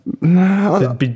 No